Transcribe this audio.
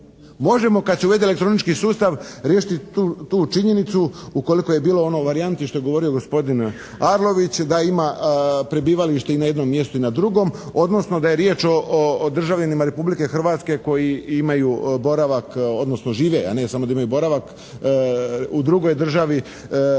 Možemo kad se uvede elektronički sustav riješiti tu činjenicu ukoliko je bilo ono varijanti što je govorio gospodin Arlović da ima prebivalište na jednom mjestu i na drugom, odnosno da je riječ o državljanima Republike Hrvatske koji imaju boravak, odnosno žive a ne samo da imaju boravak u drugoj državi bilo